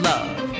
Love